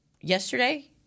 yesterday